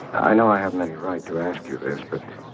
i know i haven't any right to ask you this but